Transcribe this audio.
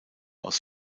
aus